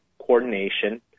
coordination